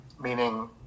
meaning